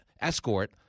escort